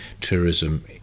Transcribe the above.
tourism